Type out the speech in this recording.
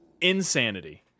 Insanity